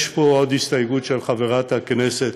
יש פה עוד הסתייגות של חברת הכנסת